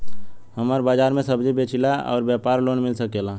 हमर बाजार मे सब्जी बेचिला और व्यापार लोन मिल सकेला?